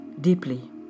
deeply